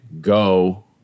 go